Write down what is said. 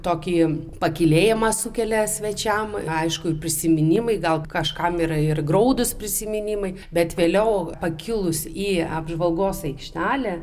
tokį pakylėjimą sukelia svečiam na aišku prisiminimai gal kažkam yra ir graudūs prisiminimai bet vėliau pakilus į apžvalgos aikštelę